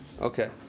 Okay